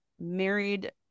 married